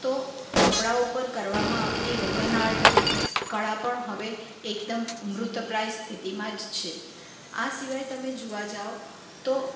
તો કપડા ઉપર કરવામાં આવતી રોગન આર્ટ કળા પણ હવે એકદમ મૃતપ્રાઈ સ્થિતિમાં જ છે આ સિવાય તમે જોવા જાવ તો